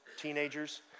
teenagers